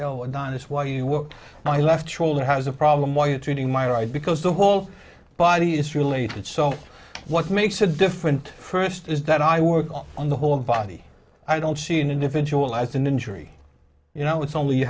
adonis while you work my left shoulder has a problem while you're treating my right because the whole body is related so what makes it different first is that i work on the whole body i don't see an individual as an injury you know it's only you